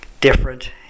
different